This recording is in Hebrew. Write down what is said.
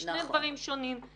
אלה שני דברים שונים.